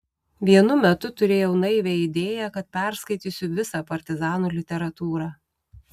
vienu metu turėjau naivią idėją kad perskaitysiu visą partizanų literatūrą